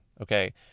okay